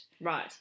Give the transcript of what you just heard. Right